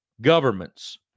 governments